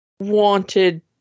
wanted